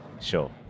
Sure